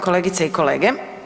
kolegice i kolege.